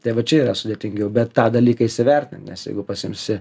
tai va čia yra sudėtingiau bet tą dalyką įsivertint nes jeigu pasiimsi